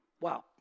Wow